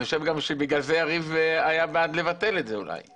ואני חושב שבגלל זה יריב היה בעד לבטל את זה אולי.